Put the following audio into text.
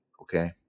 okay